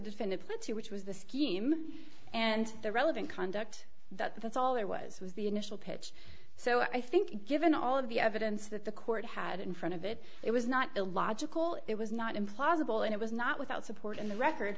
defendant plan to which was the scheme and the relevant conduct that that's all there was was the initial pitch so i think given all of the evidence that the court had in front of it it was not a logical it was not implausible and it was not without support in the record